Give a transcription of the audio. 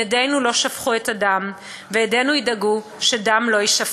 ידינו לא שפכו את הדם, וידינו ידאגו שדם לא יישפך.